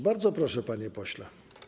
Bardzo proszę, panie pośle.